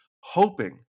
hoping